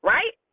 Right